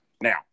Now